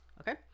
Okay